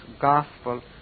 gospel